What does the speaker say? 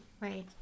Right